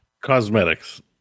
cosmetics